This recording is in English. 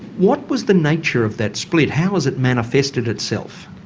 what was the nature of that split? how has it manifested itself?